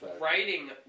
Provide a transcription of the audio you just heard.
writing